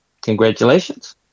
congratulations